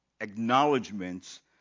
acknowledgments